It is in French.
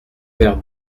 verre